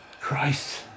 Christ